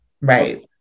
Right